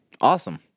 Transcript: Awesome